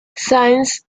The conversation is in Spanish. sáenz